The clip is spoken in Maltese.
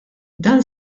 dan